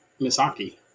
Misaki